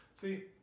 See